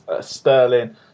Sterling